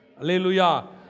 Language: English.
Alleluia